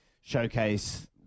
showcase